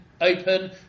open